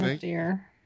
Dear